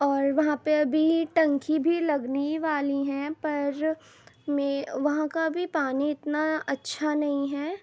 اور وہاں پہ ابھی ٹنکی بھی لگنے ہی والی ہیں پر وہاں کا ابھی پانی اتنا اچھا نہیں ہے